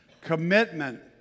commitment